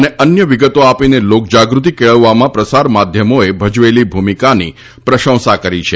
અને અન્ય વિગતો આપીને લોકજાગૃતિ કેળવવામાં પ્રસાર માધ્યમોએ ભજવેલી ભૂમિકાની પ્રશંસા કરી છે